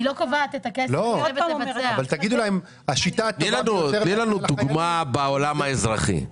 היא לא קובעת --- תני לנו דוגמה בעולם האזרחי,